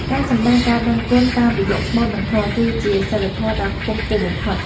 ការសម្ដែងការដឹងគុណតាមរយៈស្មូត និងធម៌ គឺជាសីលធម៌ដ៏ខ្ពង់ខ្ពស់បំផុត។